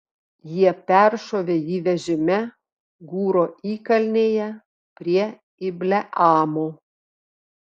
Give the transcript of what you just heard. jie peršovė jį vežime gūro įkalnėje prie ibleamo